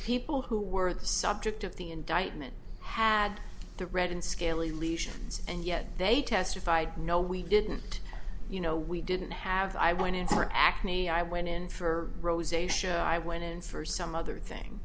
people who were the subject of the indictment had to read and scaly lesions and yet they testified no we didn't you know we didn't have i went in for acne i went in for rose a show i went in for some other thing